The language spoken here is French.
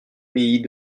pays